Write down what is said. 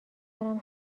دارم